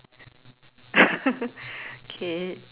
K